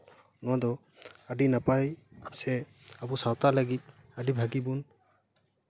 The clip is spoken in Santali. ᱱᱚᱣᱟ ᱫᱚ ᱟᱹᱰᱤ ᱱᱟᱯᱟᱭ ᱥᱮ ᱥᱟᱶᱛᱟ ᱞᱟᱹᱜᱤᱫ ᱟᱹᱰᱤ ᱵᱷᱟᱹᱜᱮ ᱵᱚᱱ